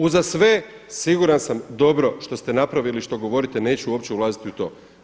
Uza sve siguran sam dobro što ste napravili, što govorite neću uopće ulaziti u to.